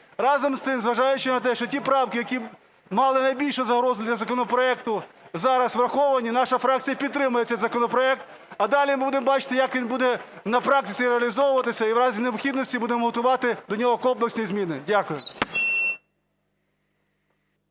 Разом з тим, зважаючи на те, що ті правки, які мали найбільше загроз для законопроекту, зараз враховані, наша фракція підтримає цей законопроект. А далі ми будемо бачити, як він буде на практиці реалізовуватися і у разі необхідності будемо готувати до нього комплексні зміни. Дякую.